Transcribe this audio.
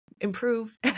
improve